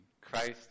Christ